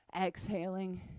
exhaling